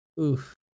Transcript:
Oof